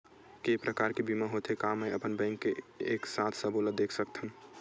के प्रकार के बीमा होथे मै का अपन बैंक से एक साथ सबो ला देख सकथन?